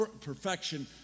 perfection